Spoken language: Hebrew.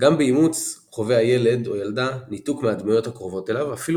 גם באימוץ חווה הילד/ה ניתוק מהדמויות הקרובות אליו אפילו